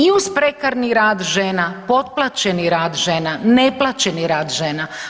I uz prekarni rad žena, potplaćeni rad žena, neplaćeni rad žena.